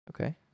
okay